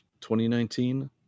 2019